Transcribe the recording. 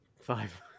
Five